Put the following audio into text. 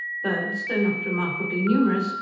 birds, though not remarkably numerous,